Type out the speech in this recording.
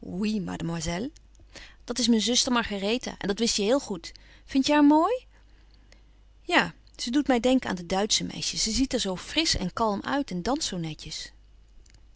mademoiselle dat is mijn zuster margaretha en dat wist je heel goed vind je haar mooi ja ze doet mij denken aan de duitsche meisjes ze ziet er zoo frisch en kalm uit en danst zoo netjes